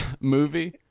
movie